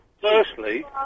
Firstly